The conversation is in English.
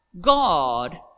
God